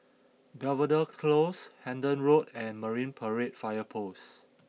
Belvedere Close Hendon Road and Marine Parade Fire Post